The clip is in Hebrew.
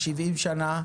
70 שנה,